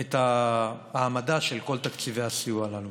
את ההעמדה של כל תקציבי הסיוע הללו.